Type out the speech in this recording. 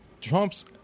Trump's